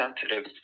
sensitive